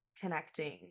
connecting